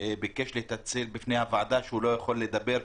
ביקש להתנצל בפני הוועדה על כך שהוא לא יכול לדבר,